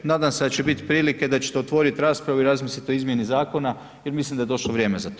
Nadam se da će biti prilike da ćete otvoriti raspravu i razmisliti o izmjeni zakona jer mislim da je došlo vrijeme za to.